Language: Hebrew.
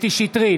קטי קטרין שטרית,